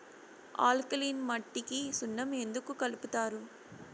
alkaline మట్టికి సున్నం ఎందుకు కలుపుతారు